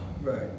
Right